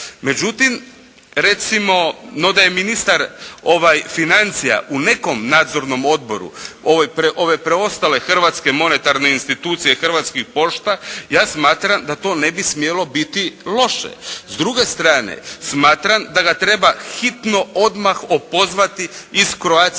Međutim, recimo no da je ministar financija u nekom nadzornom odboru ove preostale hrvatske monetarne institucije Hrvatskih pošta ja smatram da to ne bi smjelo biti loše. S druge strane smatram da ga treba hitno odmah opozvati iz "Croatia